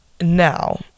Now